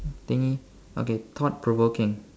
thing okay thought provoking